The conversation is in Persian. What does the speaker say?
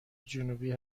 جنوبی